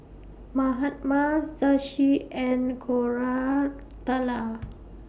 Mahatma Shashi and Koratala